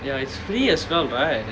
ya it's free as well right